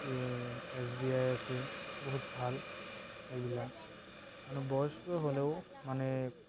এই H B I আছে বহুত ভাল এইবিলাক আৰু বয়স্ক হ'লেও মানে